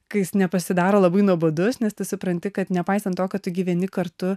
kai jis nepasidaro labai nuobodus nes tu supranti kad nepaisant to kad gyveni kartu